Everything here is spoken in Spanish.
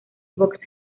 box